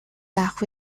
байх